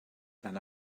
that